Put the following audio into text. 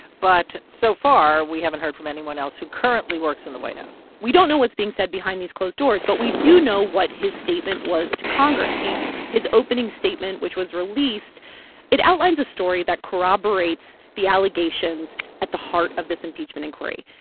but so far, we haven't heard from anyone else who currently works in the white house we don't know what's being said behind these closed doors, but we do know what his statement was to congress. he his opening statement, which was released it outlines a story that corroborates the allegations at the heart of this impeachment inquiry,